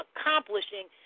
accomplishing